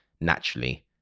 naturally